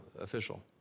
official